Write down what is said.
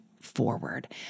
forward